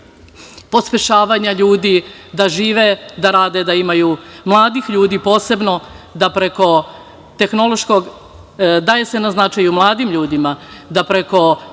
pospešivanja ljudi da žive, da rade, da imaju, mladih ljudi posebno, daje se na značaju mladim ljudima da preko